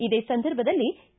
ಇದೇ ಸಂದರ್ಭದಲ್ಲಿ ಕೆ